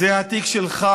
זה התיק שלך.